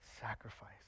sacrifice